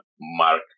Mark